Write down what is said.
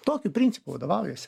tokiu principu vadovaujasi